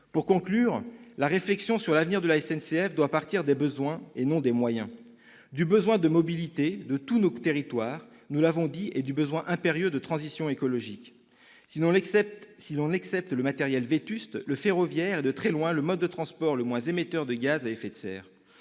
dire que la réflexion sur l'avenir de la SNCF doit partir des besoins et non des moyens : du besoin de mobilité de tous nos territoires, nous l'avons dit, et du besoin impérieux de transition écologique. Si l'on excepte le matériel vétuste, le ferroviaire est de très loin le mode de transport le moins émetteur de gaz à effet de serre.